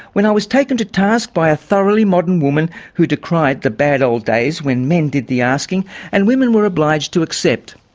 when i was taken to task by a thoroughly modern woman who decried the bad old days when men did the asking and women were obliged to accept.